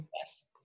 Yes